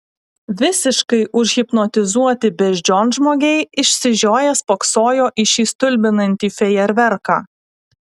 visiškai užhipnotizuoti beždžionžmogiai išsižioję spoksojo į šį stulbinantį fejerverką